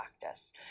practice